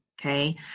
okay